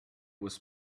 was